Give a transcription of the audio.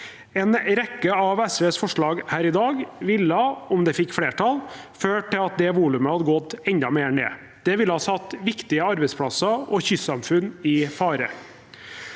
En rekke av SVs forslag her i dag ville, om de fikk flertall, ført til at volumet hadde gått enda mer ned. Det ville ha satt viktige arbeidsplasser og kystsamfunn i fare.